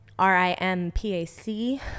R-I-M-P-A-C